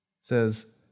says